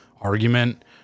argument